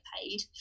paid